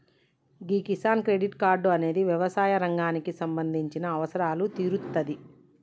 గీ Kisan credit card అనేది యవసాయ రంగానికి సంబంధించిన అవసరాలు తీరుత్తాది